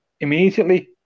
immediately